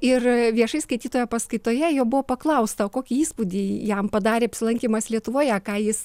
ir viešai skaitytoje paskaitoje jo buvo paklausta o kokį įspūdį jam padarė apsilankymas lietuvoje ką jis